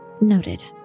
Noted